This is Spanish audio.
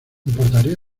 importaría